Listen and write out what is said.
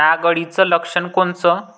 नाग अळीचं लक्षण कोनचं?